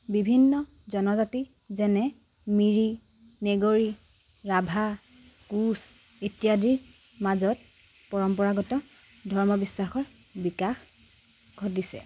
বিভিন্ন জনজাতি যেনে মিৰি নেগৰী ৰাভা কোঁচ ইত্যাদিৰ মাজত পৰম্পৰাগত ধৰ্ম বিশ্বাসৰ বিকাশ ঘটিছে